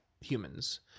humans